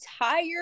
entire